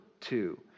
two